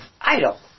idle